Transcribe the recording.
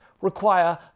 require